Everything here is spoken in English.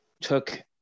took